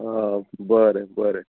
आं बरें बरें